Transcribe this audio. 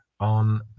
on